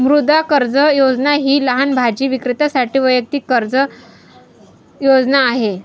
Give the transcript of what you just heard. मुद्रा कर्ज योजना ही लहान भाजी विक्रेत्यांसाठी वैयक्तिक कर्ज योजना आहे